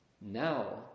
now